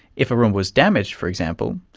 if a roomba was damaged, for example,